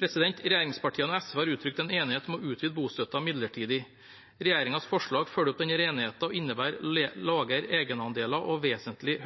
Regjeringspartiene og SV har uttrykt en enighet om å utvide bostøtten midlertidig. Regjeringens forslag følger opp denne enigheten og innebærer lavere egenandeler og vesentlig